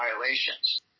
violations